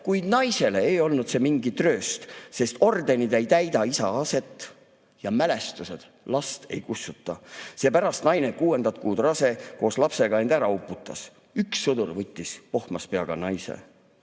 Kuid naisele ei olnd see mingi trööst // Sest ordenid ei täida isa aset / Ja mälestused last ei kussuta / Seepärast naine kuuendat kuud rase / Koos lapsega end ära uputas // Üks sõdur võttis pohmas peaga naise